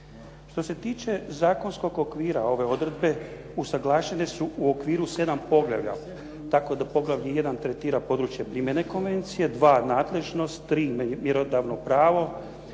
Što se tiče zakonskog okvira ove odredbe usuglašene su u okviru 7 poglavlja, tako da poglavlje 1 tretira područje primjene konvencije, 2 nadležnost, 3 mjerodavno pravo,